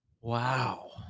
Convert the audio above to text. Wow